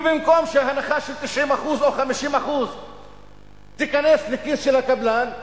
ובמקום שהנחה של 90% או 50% תיכנס לכיס של הקבלן,